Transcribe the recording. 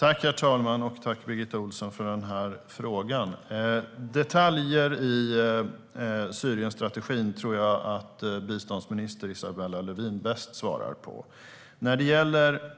Herr talman! Jag tackar Birgitta Ohlsson för frågan. Detaljer i Syrienstrategin tror jag att biståndsminister Isabella Lövin svarar bäst på. När det gäller